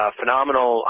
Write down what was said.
phenomenal